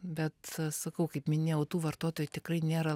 bet sakau kaip minėjau tų vartotojų tikrai nėra